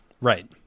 Right